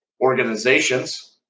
organizations